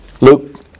Luke